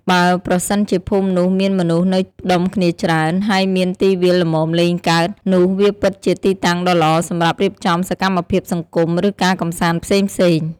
បើប្រសិនជាភូមិនោះមានមនុស្សនៅផ្ដុំគ្នាច្រើន ហើយមានទីវាលល្មមលេងកើត នោះវាពិតជាទីតាំងដ៏ល្អសម្រាប់រៀបចំសកម្មភាពសង្គម ឬការកម្សាន្តផ្សេងៗ។